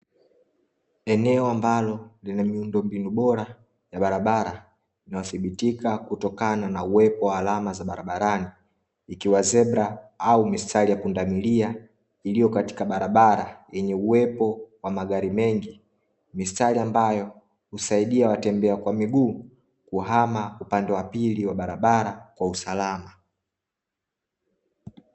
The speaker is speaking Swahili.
Eneo ambalo lina miundomibinu bora ya barabara, inayothibitika kutokana na uwepo wa alama za barabarani, ikiwa zebra au mistari ya pundamilia iliyo katika barabara yenye uwepo wa magari mengi, mistari ambayo husaidia watembea kwa miguu kuhama upande wa pili wa barabara kwa usalama.